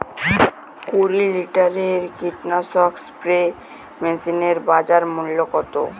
কুরি লিটারের কীটনাশক স্প্রে মেশিনের বাজার মূল্য কতো?